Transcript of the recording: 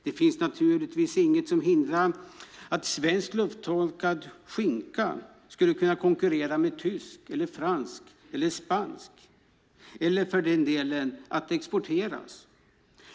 Det finns naturligtvis inget som hindrar att svensk lufttorkad skinka kan konkurrera med tysk, fransk eller spansk eller för den delen exporteras.